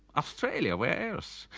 australia where else?